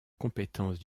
compétence